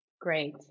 Great